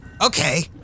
okay